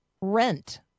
rent